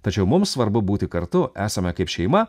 tačiau mums svarbu būti kartu esame kaip šeima